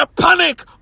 panic